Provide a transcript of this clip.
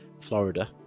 Florida